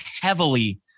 heavily